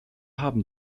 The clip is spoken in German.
haben